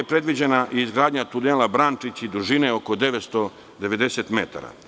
Predviđena je i izgradnja tunela „Brančić“, dužine oko 990 metara.